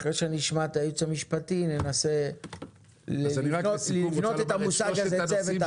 אחרי שנשמע את הייעוץ המשפטי ננסה לבנות את המושג הזה צוות עבודה.